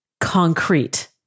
concrete